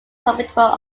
profitable